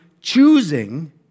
choosing